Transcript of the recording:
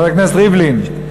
חבר הכנסת ריבלין,